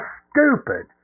stupid